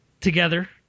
together